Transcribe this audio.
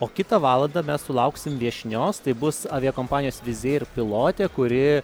o kitą valandą mes sulauksim viešnios tai bus aviakompanijos vizeir pilotė kuri